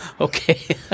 Okay